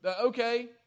Okay